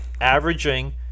averaging